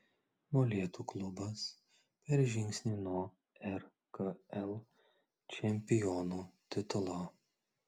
molėtų klubas per žingsnį nuo rkl čempiono titulo